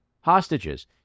Hostages